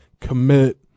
commit